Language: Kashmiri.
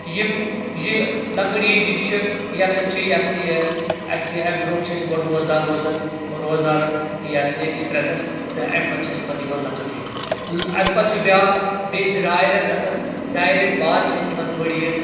یِم یہِ لۄکٕٹ عید یہِ چھِ یہِ ہسا چھِ یہ ہسا یہِ اسہِ امہِ برونٛٹھ چھِ أسۍ گۄڈٕ روزدار روزان روزدار یہ ہسا یہِ أکِس رٮ۪تس تہٕ امہِ پتہٕ چھِ اسہِ پتہٕ یِوان لۄکٕٹ عید امہِ پتہٕ چھِ بیاکھ بییٚہِ زٕ ڈاے رٮ۪تھ گژھان ڈایہِ رٮ۪تۍ باد چھِ اسہِ یِوان بٔڑ عید